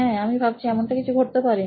হ্যাঁ আমি ভাবছি এমনটা কিছু ঘটতে পারে